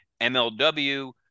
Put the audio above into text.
MLW